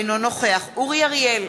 אינו נוכח אורי אריאל,